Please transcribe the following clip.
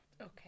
Okay